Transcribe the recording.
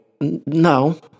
No